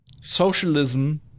socialism